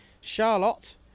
charlotte